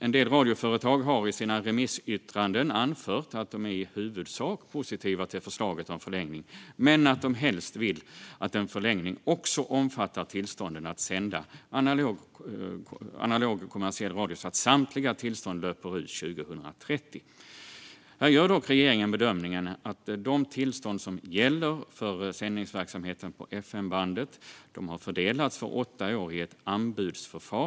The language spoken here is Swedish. En del radioföretag har i sin remissyttranden anfört att de är i huvudsak positiva till förslaget om förlängning men att de helst vill att en förlängning också omfattar tillstånden att sända analog kommersiell radio så att samtliga tillstånd löper ut 2030. De tillstånd som gäller för sändningsverksamheten på FM-bandet har fördelats för åtta år i ett anbudsförfarande.